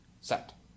set